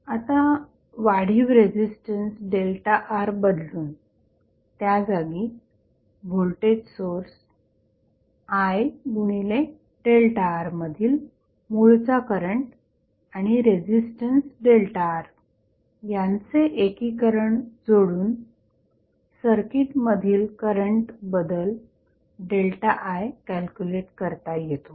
आता वाढीव resistance ΔR बदलून त्याजागी व्होल्टेज सोर्स IΔR मधील मूळचा करंट आणि रेझिस्टन्स ΔR यांचे एकीकरण जोडून सर्किट मधील करंट बदल ΔI कॅल्क्युलेट करता येतो